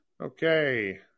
Okay